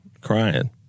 crying